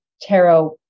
tarot